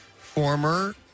former